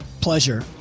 pleasure